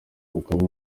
ukaba